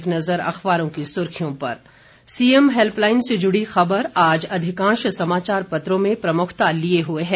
एक नज़र अखबारों की सुर्खियों पर सीएम हैल्पलाइन से जुड़ी खबर आज अधिकांश समाचार पत्रों में प्रमुखता लिए हुए है